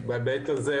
ובהיבט הזה,